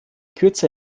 kürze